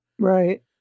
Right